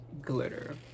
glitter